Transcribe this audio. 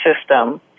system